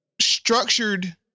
structured